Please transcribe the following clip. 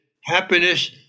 happiness